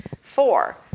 Four